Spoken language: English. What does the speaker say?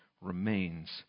remains